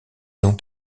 ont